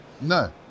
No